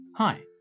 Hi